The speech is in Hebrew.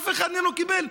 אף אחד מהם לא קיבל.